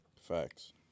Facts